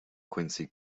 quincy